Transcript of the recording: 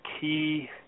key